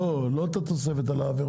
אני לא מדבר על התוספת על העבירות,